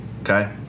Okay